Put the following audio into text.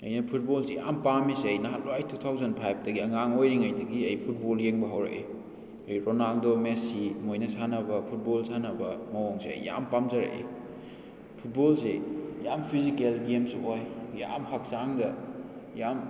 ꯑꯩꯅ ꯐꯨꯠꯕꯣꯜꯁꯦ ꯌꯥꯝꯅ ꯄꯝꯃꯤꯁꯦ ꯑꯩ ꯅꯍꯥꯟꯋꯥꯏ ꯇꯨ ꯊꯥꯎꯖꯟ ꯐꯥꯏꯞꯇꯒꯤ ꯑꯉꯥꯡ ꯑꯣꯏꯔꯤꯉꯩꯗꯒꯤ ꯑꯩ ꯐꯨꯠꯕꯣꯜ ꯌꯦꯡꯕ ꯍꯧꯔꯛꯏ ꯑꯩ ꯔꯣꯅꯥꯜꯗꯣ ꯃꯦꯁꯤ ꯃꯣꯏꯅ ꯁꯥꯟꯅꯕ ꯐꯨꯠꯕꯣꯜ ꯁꯥꯟꯅꯕ ꯃꯑꯣꯡꯁꯦ ꯑꯩ ꯌꯥꯝꯅ ꯄꯥꯝꯖꯔꯛꯏ ꯐꯨꯠꯕꯣꯜꯁꯦ ꯌꯥꯝꯅ ꯐꯤꯖꯤꯀꯦꯜ ꯒꯦꯝꯁꯨ ꯑꯣꯏ ꯌꯥꯝꯅ ꯍꯛꯆꯥꯡꯗ ꯌꯥꯝ